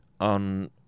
on